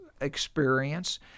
experience